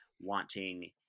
wanting